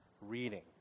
reading